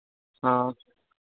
हाँ